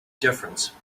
difference